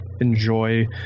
enjoy